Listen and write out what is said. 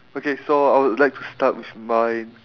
okay so I would like to start with mine